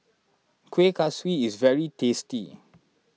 Kuih Kaswi is very tasty